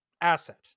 asset